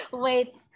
Wait